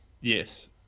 yes